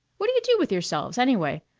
what do you do with yourselves, anyway?